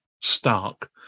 stark